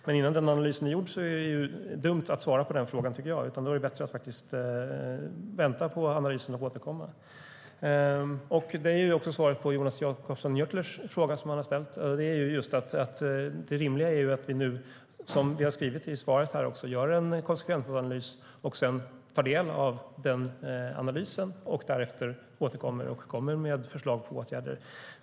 Men innan den analysen är gjord är det dumt att svara på den frågan, tycker jag, utan då är det bättre att vänta på analysen och återkomma. Det är också svaret på Jonas Jacobsson Gjörtlers fråga som han har ställt. Det rimliga är att vi nu, som jag har sagt i svaret, gör en konsekvensanalys, tar del av den analysen och därefter återkommer med förslag på åtgärder.